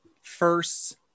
first